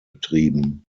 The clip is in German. betrieben